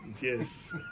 Yes